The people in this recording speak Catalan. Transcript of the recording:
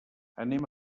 anem